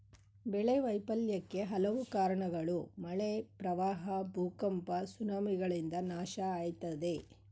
ಬೆಳೆ ವೈಫಲ್ಯಕ್ಕೆ ಹಲವು ಕಾರ್ಣಗಳು ಮಳೆ ಪ್ರವಾಹ ಭೂಕಂಪ ಸುನಾಮಿಗಳಿಂದ ನಾಶ ಆಯ್ತದೆ